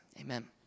Amen